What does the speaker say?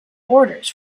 orders